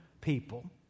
people